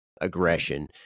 aggression